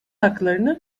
aklarını